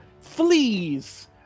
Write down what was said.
fleas